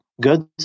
good